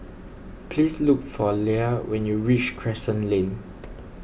please look for Leia when you reach Crescent Lane